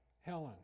Helen